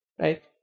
Right